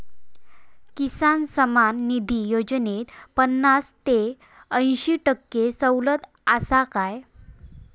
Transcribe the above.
किसान सन्मान निधी योजनेत पन्नास ते अंयशी टक्के सवलत आसा काय?